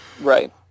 Right